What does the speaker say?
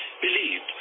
believed